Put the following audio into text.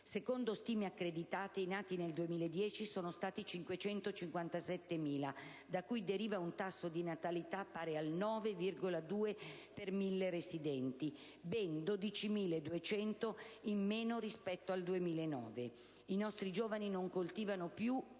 secondo stime accreditate, i nati nel 2010 sono stati 557.000 (da cui deriva un tasso di natalità pari al 9,2 per 1.000 residenti), ben 12.200 in meno rispetto al 2009. I nostri giovani non coltivano più